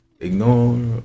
Ignore